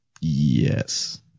Yes